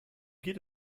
geht